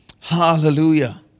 Hallelujah